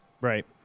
right